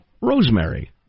Rosemary